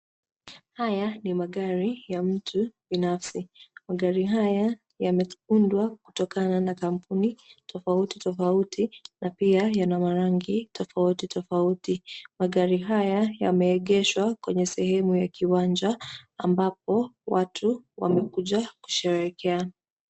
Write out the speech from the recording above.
Haya ni magari ya mtu binafsi. Magari haya yameundwa kutokana na kampuni tofauti tofauti na pia yana marangi tofauti tofauti. Magari haya yameegeshwa kwenye sehemu ya kiwanja ambapo watu wamekuja kusherekea.